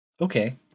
Okay